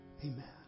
amen